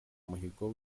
muhigo